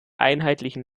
einheitlichen